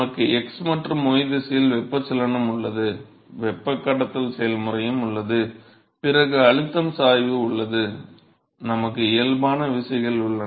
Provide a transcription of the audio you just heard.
நமக்கு x மற்றும் y திசையில் வெப்பச்சலனம் உள்ளது வெப்பக் கடத்தல் செயல்முறை உள்ளது பிறகு அழுத்தம் சாய்வு உள்ளது நமக்கு இயல்பான விசைகள் உள்ளன